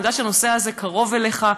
אני יודעת שהנושא הזה קרוב אליך,